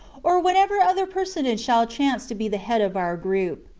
or whatever other personage shall chance to be the head of our group.